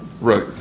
Right